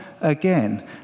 again